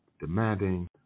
demanding